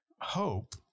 hope